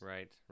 Right